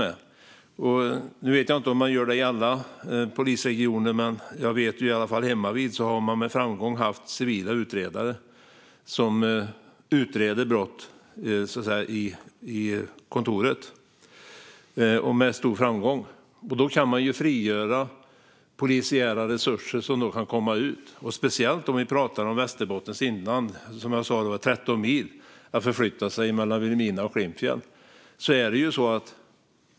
Jag vet inte om de gör så i alla polisregioner, men i alla fall hemmavid har de haft civilanställda på kontoret som med stor framgång utrett brott. Då kan man frigöra polisiära resurser, och poliser kan då komma ut. Vi pratar nu om Västerbottens inland. Som jag sa är det 13 mil mellan Vilhelmina och Klimpfjäll.